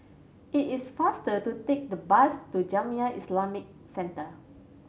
it is faster to take the bus to Jamiyah Islamic Centre